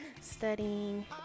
studying